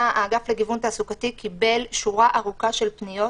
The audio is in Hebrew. קיבל האגף לגיוון תעסוקתי שורה ארוכה של פניות.